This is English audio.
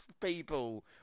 people